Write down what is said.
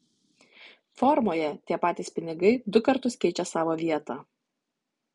formoje tie patys pinigai du kartus keičia savo vietą